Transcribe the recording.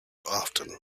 often